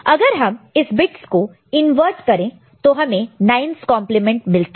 अगर हम इस बिट्स को इन्वॅःट करते हैं तो हमें 9's कंप्लीमेंट मिलता है